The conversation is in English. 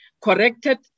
corrected